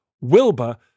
Wilbur